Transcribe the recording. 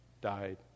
died